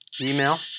email